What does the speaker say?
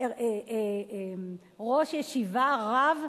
ראש ישיבה, רב,